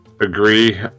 agree